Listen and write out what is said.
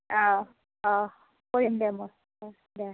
অ' অ' কৰিম দে মই অ' দে